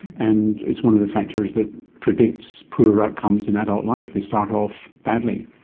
and it's one of the factors that predicts poorer outcomes in adult life, they start off badly.